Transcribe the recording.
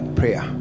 prayer